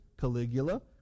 Caligula